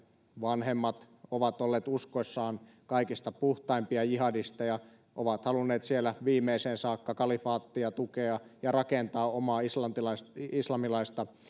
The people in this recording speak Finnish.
vanhemmat ovat olleet uskossaan kaikista puhtaimpia jihadisteja ovat halunneet siellä viimeiseen saakka kalifaattia tukea ja rakentaa omaa islamilaista islamilaista